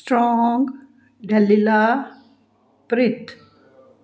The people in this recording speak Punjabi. strong Delilah Preet